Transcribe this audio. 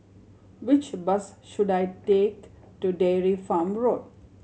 which bus should I take to Dairy Farm Road